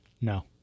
No